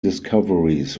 discoveries